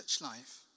life